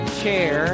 chair